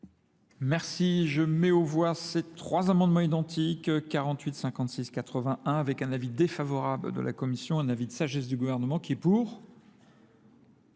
Merci. Je mets au voire ces trois amendements identiques, 48 56 81, avec un avis défavorable de la Commission, un avis de sagesse du gouvernement qui est pour ?